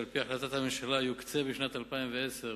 שעל-פי החלטת הממשלה יוקצו בשנת 2010,